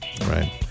Right